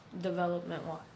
development-wise